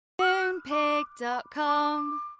Moonpig.com